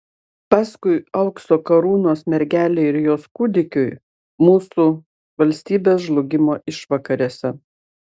paskui aukso karūnos mergelei ir jos kūdikiui mūsų valstybės žlugimo išvakarėse